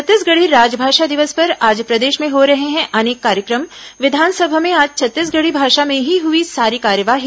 छत्तीसगढ़ी राजभाषा दिवस पर आज प्रदेश में हो रहे हैं अनेक कार्यक्रम विधानसभा में आज छत्तीसगढ़ी भाषा में ही हुई सारी कार्यवाही